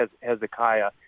Hezekiah